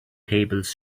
tables